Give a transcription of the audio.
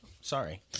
Sorry